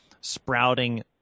sprouting